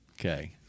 Okay